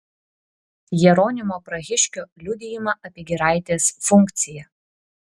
jeronimo prahiškio liudijimą apie giraitės funkciją